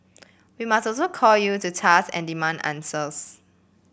we must also call you to task and demand answers